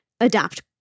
adapt